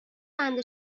بند